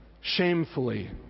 shamefully